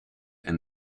and